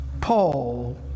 Paul